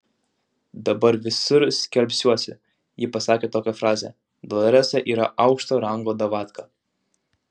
dabar visur skelbsiuosi ji pasakė tokią frazę doloresa yra aukšto rango davatka